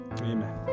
Amen